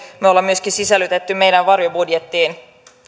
me olemme myöskin sisällyttäneet meidän varjobudjettiimme